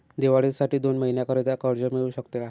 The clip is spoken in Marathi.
दिवाळीसाठी दोन महिन्याकरिता कर्ज मिळू शकते का?